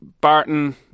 Barton